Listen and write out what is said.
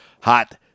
hot